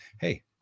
Hey